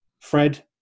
Fred